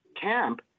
camp